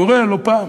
קורה, לא פעם.